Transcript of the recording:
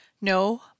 No